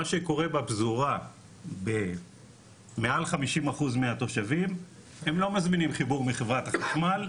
מה שקורה בפזורה במעל 50% מהתושבים הם לא מזמינים חיבור מחברת החשמל,